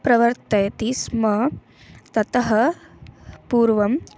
प्रवर्तयति स्म ततः पूर्वम्